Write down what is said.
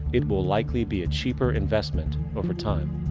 it will likely be a cheaper investment over time.